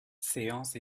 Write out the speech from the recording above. séance